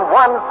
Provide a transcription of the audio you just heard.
one